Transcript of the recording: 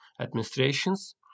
administrations